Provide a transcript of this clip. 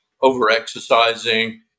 over-exercising